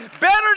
Better